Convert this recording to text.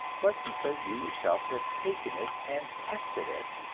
but because you yourself have taken it and tested it,